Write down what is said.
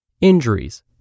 injuries